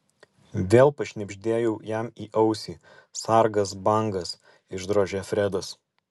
vėl pašnibždėjau jam į ausį sargas bangas išdrožė fredas